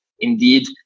indeed